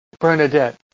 Bernadette